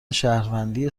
شهروندی